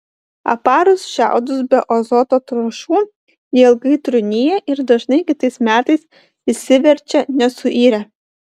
aparus šiaudus be azoto trąšų jie ilgai trūnija ir dažnai kitais metais išsiverčia nesuirę